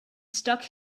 stuck